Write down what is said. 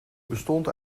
bestond